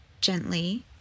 Gently